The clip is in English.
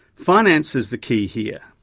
finance is the key here.